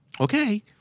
Okay